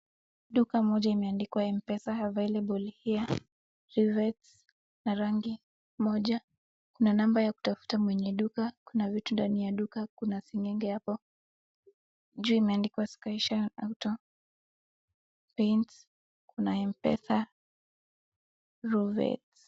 duka moja imeandikwa mpesa available here rivets na rangi moja na namba ya kuenda kutafuta mwenye duka , kuna vitu ndani ya duka kuna sengenge hapo juu imeandikwa sky shine auto paints na mpesa ruvets